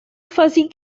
fuzzy